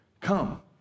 come